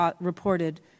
reported